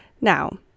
Now